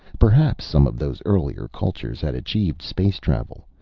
perhaps some of those earlier cultures had achieved space travel.